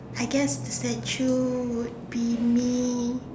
I guess if that's true would be me